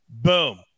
Boom